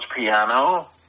piano